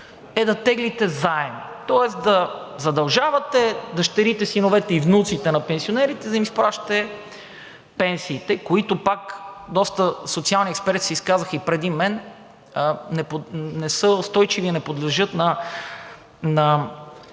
е да теглите заем. Тоест да задължавате дъщерите, синовете и внуците на пенсионерите да им изплащате пенсиите, които пак – доста социални експерти се изказаха и преди мен, не са устойчиви, не подлежат на